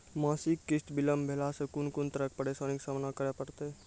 मासिक किस्त बिलम्ब भेलासॅ कून कून तरहक परेशानीक सामना करे परतै?